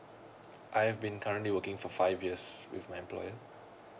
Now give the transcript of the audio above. I've been currently working for five years with my employer